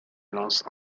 lance